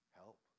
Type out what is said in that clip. help